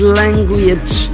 language